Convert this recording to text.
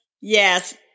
Yes